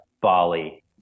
Bali